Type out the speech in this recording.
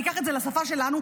ניקח את זה לשפה שלנו,